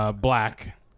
Black